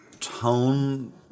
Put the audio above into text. Tone